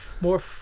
more